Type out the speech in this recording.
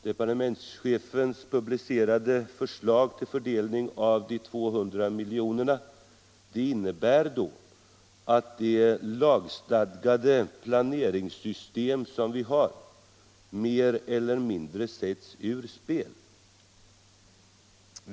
Departementschefens publicerade förslag till fördelning av de 200 miljonerna innebär då att det lagstadgade planeringssystem som vi har mer eller mindre sätts ur spel.